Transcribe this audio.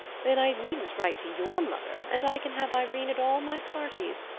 then i needn't write to your mother, and i can have irene at all my parties!